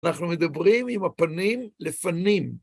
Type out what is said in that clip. אנחנו מדברים עם הפנים לפנים.